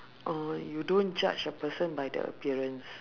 oh you don't judge a person by the appearance